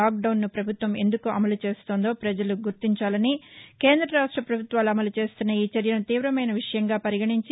లాక్డౌన్ను ప్రభుత్వం ఎందుకు అమలు చేస్తున్నదో ప్రజలు గుర్తించాలని కేంద్ర రాష్ట ప్రభుత్వాలు అమలు చేస్తున్న ఈ చర్యను తీవమైన విషయంగా పరిగణించి